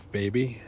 baby